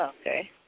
Okay